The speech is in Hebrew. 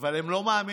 אבל הם לא מאמינים.